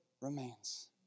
remains